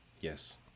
Yes